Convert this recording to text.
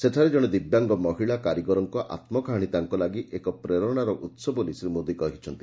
ସେଠାରେ ଜଣେ ଦିବ୍ୟାଙ୍ଗ ମହିଳା କାରିଗରଙ୍ଙ ଆତ୍କକାହାଶି ତାଙ୍କ ଲାଗି ଏକ ପ୍ରେରଣା ଉହ ବୋଲି ଶ୍ରୀ ମୋଦି କହିଛନ୍ତି